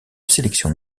sélection